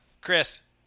Chris